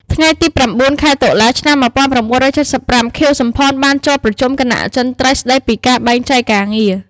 ថ្ងៃទី ៩ ខែតុលា ឆ្នាំ ១៩៧៥ ខៀវ សំផន បានចូលប្រជុំគណៈអចិន្ត្រៃយ៍ ស្តីពីការបែងចែកការងារ។